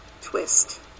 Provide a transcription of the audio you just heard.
twist